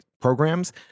programs